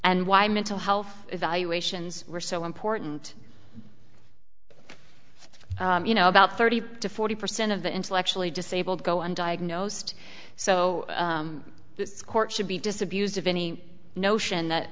and why mental health evaluations were so important you know about thirty to forty percent of the intellectually disabled go undiagnosed so this court should be disabused of any notion that